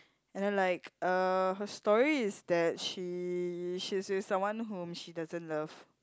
and then like uh her story is that she she's with someone whom she doesn't love